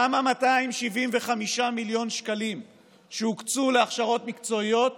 למה 275 מיליון שקלים שהוקצו להכשרות מקצועיות